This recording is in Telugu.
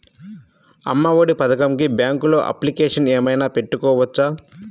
అమ్మ ఒడి పథకంకి బ్యాంకులో అప్లికేషన్ ఏమైనా పెట్టుకోవచ్చా?